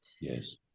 Yes